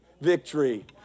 victory